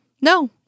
No